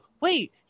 wait